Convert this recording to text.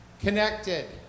connected